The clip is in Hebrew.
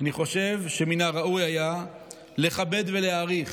אני חושב שמן הראוי היה לכבד ולהעריך